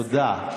תודה.